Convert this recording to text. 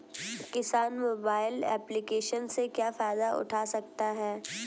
किसान mobile application से क्या फायदा उठा सकता है?